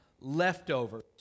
leftovers